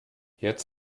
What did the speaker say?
jetzt